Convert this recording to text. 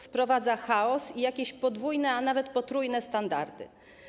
Wprowadza chaos i jakieś podwójne, a nawet potrójne standardy.